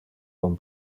con